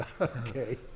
okay